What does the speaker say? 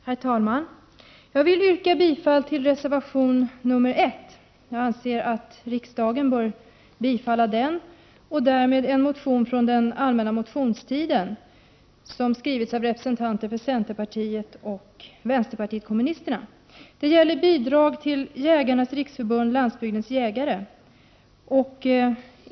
Herr talman! Jag vill yrka bifall till reservation nr 1. Jag anser att riksdagen bör bifalla den, och därmed en motion från allmänna motionstiden, som skrivits av representanter för centerpartiet och vänsterpartiet kommunisterna. Den handlar om bidrag till Jägarnas riksförbund-Landsbygdens jägare.